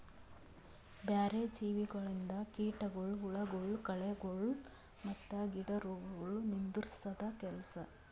ಬ್ಯಾರೆ ಜೀವಿಗೊಳಿಂದ್ ಕೀಟಗೊಳ್, ಹುಳಗೊಳ್, ಕಳೆಗೊಳ್ ಮತ್ತ್ ಗಿಡ ರೋಗಗೊಳ್ ನಿಂದುರ್ಸದ್ ಕೆಲಸ